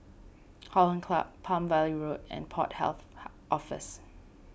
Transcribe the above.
Hollandse Club Palm Valley Road and Port Health Office